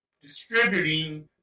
distributing